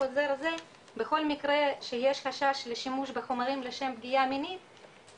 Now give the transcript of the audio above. חוזר זה בכל מקרה שיש חשש לשימוש בחומרים לשם פגיעה מינית,